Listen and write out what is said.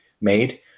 made